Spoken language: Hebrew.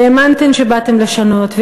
והאמנתם שבאתם לשנות.